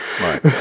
right